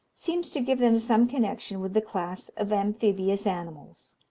seems to give them some connexion with the class of amphibious animals.